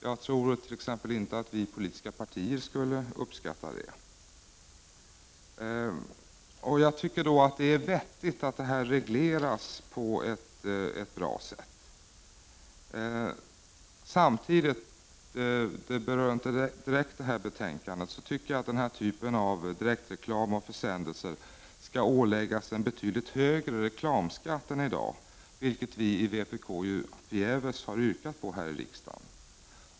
Jag tror t.ex. inte att de politiska partierna skulle uppskatta det, och då tycker jag att det är riktigt att detta regleras på ett bra sätt. Samtidigt anser jag — det hör inte direkt till det här betänkandet — att den typen av reklam och försändelser skall åläggas en betydligt högre reklamskatt än i dag, vilket vi i vpk förgäves har yrkat på här i riksdagen.